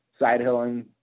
sidehilling